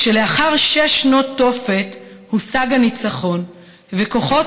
כשלאחר שש שנות תופת הושג הניצחון וכוחות